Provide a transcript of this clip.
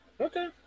Okay